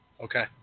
Okay